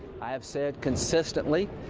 i have said consistently,